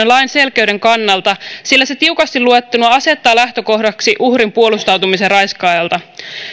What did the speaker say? lain selkeyden kannalta sillä se tiukasti luettuna asettaa lähtökohdaksi uhrin puolustautumisen raiskaajalta